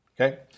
Okay